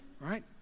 right